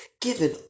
given